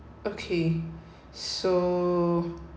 okay so